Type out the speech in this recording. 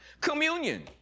Communion